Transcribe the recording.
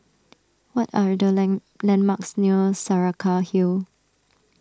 what are the land landmarks near Saraca Hill